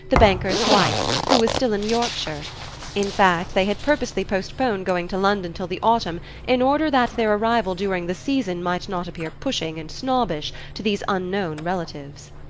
the banker's wife, who was still in yorkshire in fact, they had purposely postponed going to london till the autumn in order that their arrival during the season might not appear pushing and snobbish to these unknown relatives.